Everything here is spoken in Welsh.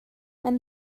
mae